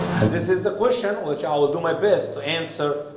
this is a question, which i will do my best to answer